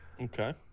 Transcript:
Okay